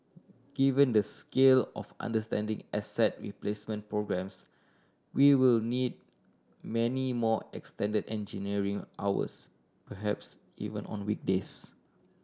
given the scale of outstanding asset replacement programmes we will need many more extended engineering hours perhaps even on weekdays